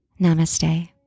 Namaste